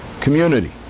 community